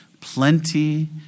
plenty